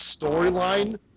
storyline